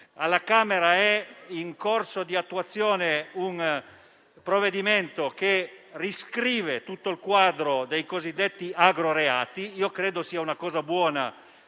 Alla Camera è in corso di attuazione un provvedimento che riscrive tutto il quadro dei cosiddetti agroreati. Credo sia una cosa buona,